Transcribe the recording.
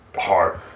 hard